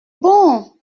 bon